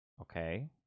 Okay